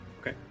Okay